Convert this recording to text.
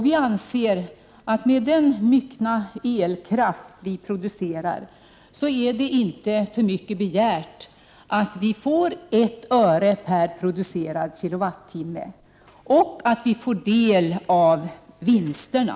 Vi anser att med den myckna elkraft vi producerar så är det inte för mycket begärt att vi får ett öre per producerad kWh och att vi får del av vinsterna.